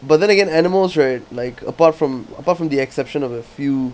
but then again animals right like apart from apart from the exception of a few